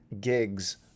gigs